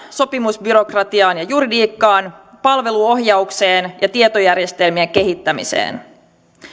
sopimusbyrokratiaan ja juridiikkaan palveluohjaukseen ja tietojärjestelmien kehittämiseen